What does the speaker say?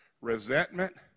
resentment